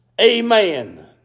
Amen